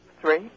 Three